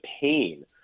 pain